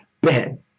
Ben